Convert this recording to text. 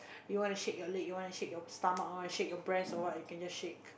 you wanna shake your leg you wanna shake your stomach you wanna shake your breast or what you can just shake